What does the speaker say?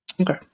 Okay